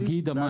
תאגיד המים.